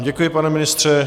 Děkuji, pane ministře.